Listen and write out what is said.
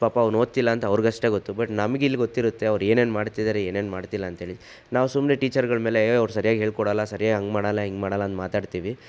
ಪಾಪ ಅವನು ಓದ್ತಿಲ್ಲಾಂತ ಅವ್ರಿಗಷ್ಟೇ ಗೊತ್ತು ಬಟ್ ನಮಗೆಲ್ಲ ಗೊತ್ತಿರುತ್ತೆ ಅವರು ಏನೇನು ಮಾಡ್ತಿದ್ದಾರೆ ಏನೇನು ಮಾಡ್ತಿಲ್ಲಾ ಅಂಥೇಳಿ ನಾವು ಸುಮ್ಮನೆ ಟೀಚರ್ಗಳ ಮೇಲೆ ಏ ಅವರು ಸರಿಯಾಗಿ ಹೇಳ್ಕೊಡೋಲ್ಲಾ ಸರಿ ಹಂಗೆ ಮಾಡೋಲ್ಲ ಹಿಂಗೆ ಮಾಡೋಲ್ಲ ಅಂತ ಮಾತಾಡ್ತೀವಿ